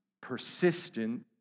persistent